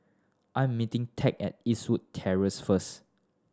I am meeting Ted at Eastwood Terrace first